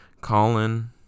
Colin